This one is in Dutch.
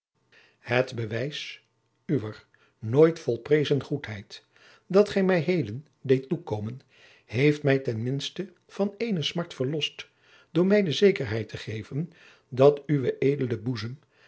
het bewijs uwer nooit volprezen goedheid dat ge mij heden deed toekomen heeft mij ten minste van eene smart verlost door mij de zekerheid te geven dat uw e dele boezem